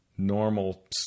Normal